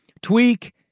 tweak